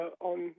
on